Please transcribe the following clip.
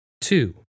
Two